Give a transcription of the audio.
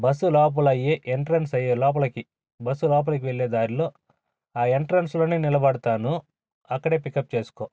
bus లోపల ఏ entrance అయ్యే లోపలకి బస్సు లోపలకు వెళ్ళే దారిలో ఆ ఎంట్రెన్స్ లోనే నిలబడతాను అక్కడే పికప్ చేసుకో